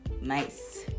nice